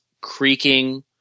creaking